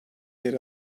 yer